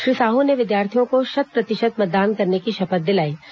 श्री साहू ने विद्यार्थियों को शत प्रतिशत मतदान करने की शपथ दिलायी